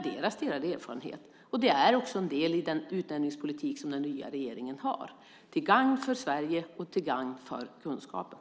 Det är också en del i den utnämningspolitik som den nya regeringen har till gagn för Sverige och till gagn för kunskapen.